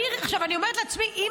אני רואה מה קורה שם.